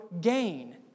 gain